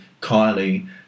Kylie